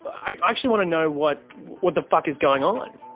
i actually want to know what, what the fuck is going on.